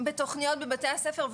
בתוכניות בבתי הספר,